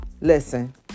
Listen